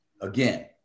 Again